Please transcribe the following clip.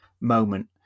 moment